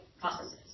processes